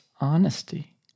honesty